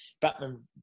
Batman